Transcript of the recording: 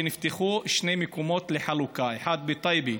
שנפתחו שני מקומות לחלוקה: אחד בטייבה,